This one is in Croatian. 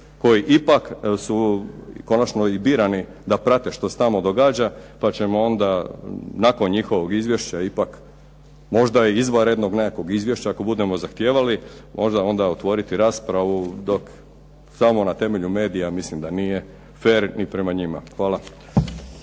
koje ipak su konačno i birani da prate što se tamo događa pa ćemo onda nakon njihovog izvješća ipak možda i izvanrednog nekakvog izvješća ako budemo zahtijevali, možda onda otvoriti raspravu dok samo na temelj medija mislim da nije fer ni prema njima. Hvala.